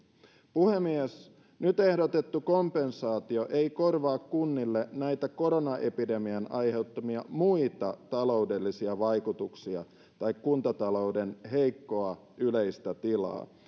puhemies nyt ehdotettu kompensaatio ei korvaa kunnille näitä koronaepidemian aiheuttamia muita taloudellisia vaikutuksia tai kuntatalouden heikkoa yleistä tilaa